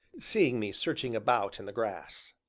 seeing me searching about in the grass.